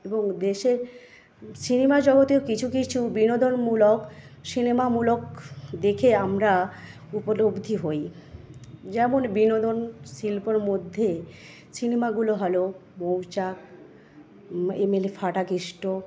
এবং দেশের সিনেমা জগতেও কিছু কিছু বিনোদনমূলক সিনেমামূলক দেখে আমরা উপলব্ধি হই যেমন বিনোদন শিল্পের মধ্যে সিনেমাগুলো হল মৌচাক এমএলএ ফাটাকেষ্ট